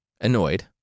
Annoyed